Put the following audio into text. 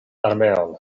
armeon